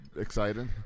excited